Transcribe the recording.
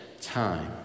time